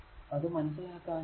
അത് മനസ്സിലാക്കാൻ ആകും